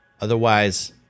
Otherwise